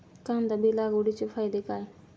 कांदा बी लागवडीचे फायदे काय?